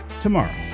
tomorrow